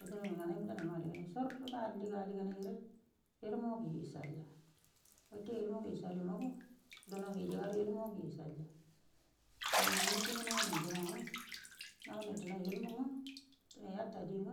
Yedenani nganai yedenami alligan dior nga alligan ngo ilmu ge ecal ya wute ilmun ge ecal gudo dan gijarge ilmun ge ecalya na gunnati nayuno dunon ge nawuno duno ilmunge yata din